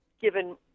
given